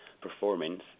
performance